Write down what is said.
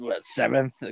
seventh